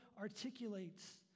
articulates